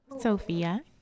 Sophia